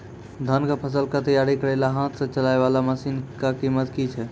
धान कऽ फसल कऽ तैयारी करेला हाथ सऽ चलाय वाला मसीन कऽ कीमत की छै?